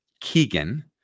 Keegan